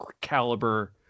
caliber